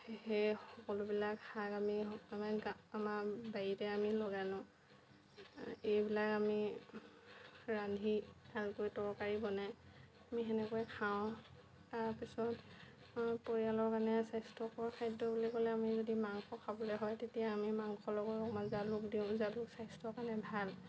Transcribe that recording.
সেই সকলো বিলাক শাক আমি আমি আমাৰ বাৰীতে আমি লগাই লওঁ এইবিলাক আমি ৰান্ধি ভালকৈ তৰকাৰী বনাই আমি সেনেকৈ খাওঁ তাৰপিছত আমাৰ পৰিয়ালৰ কাৰণে স্বাস্থ্যকৰ খাদ্য বুলি ক'লে আমি যদি মাংস খাবলৈ হয় তেতিয়া আমি মাংসৰ লগত অকণ জালুক দিওঁ জালুক স্বাস্থ্যৰ কাৰণে ভাল